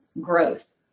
growth